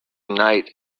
night